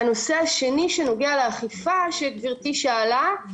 הנושא השני, שנוגע לאכיפה, שגברתי שאלה עליו